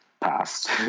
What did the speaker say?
past